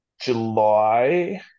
July